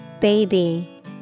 Baby